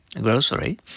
Grocery